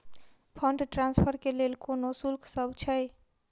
Fund transfer केँ लेल कोनो शुल्कसभ छै?